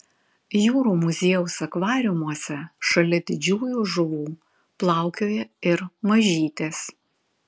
jūrų muziejaus akvariumuose šalia didžiųjų žuvų plaukioja ir mažytės